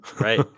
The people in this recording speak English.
right